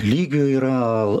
lygių yra